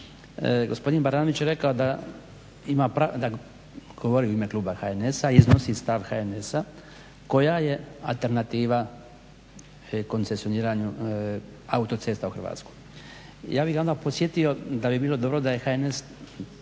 gospodin Baranović je rekao, govori u ime kluba HNS-a i iznosi stav HNS-a, koja je alternativa koncesioniranju autocesta u Hrvatskoj. Ja bih ga odmah podsjetio da bi bilo dobro da je HNS-a